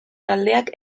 taldeak